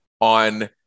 on